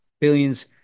billions